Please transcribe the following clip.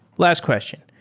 last question.